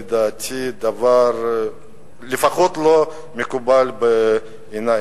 לדעתי, דבר לפחות לא מקובל בעיני.